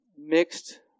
mixed